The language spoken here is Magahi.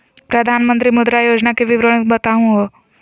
प्रधानमंत्री मुद्रा योजना के विवरण बताहु हो?